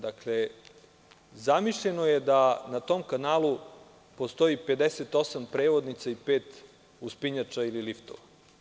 Dakle, zamišljeno je da na tom kanalu postoji 58 prevodnica i pet uspinjača ili liftova.